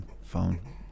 phone